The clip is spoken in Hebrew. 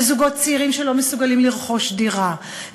לזוגות צעירים שלא מסוגלים לרכוש דירה,